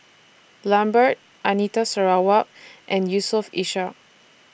Lambert Anita Sarawak and Yusof Ishak